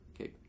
Okay